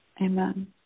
amen